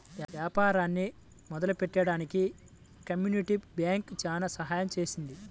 వ్యాపారాన్ని మొదలుపెట్టడానికి community bank చాలా సహాయం చేసింది